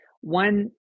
one